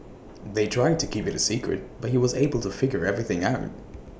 they tried to keep IT A secret but he was able to figure everything out